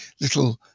little